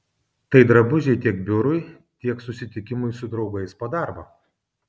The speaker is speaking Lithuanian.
tai drabužiai tiek biurui tiek susitikimui su draugais po darbo